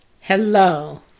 Hello